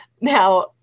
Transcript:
Now